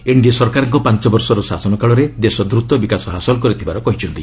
NDA ସରକାରଙ୍କ ପାଞ୍ଚ ବର୍ଷର ଶାସନ କାଳରେ ଦେଶ ଦ୍ରତ ବିକାଶ ହାସଲ କରିଥିବାର କହିଛନ୍ତି